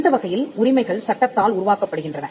இந்த வகையில் உரிமைகள் சட்டத்தால் உருவாக்கப்படுகின்றன